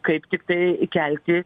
kaip tiktai kelti